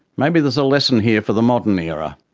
maybe there's a lesson here for the modern era.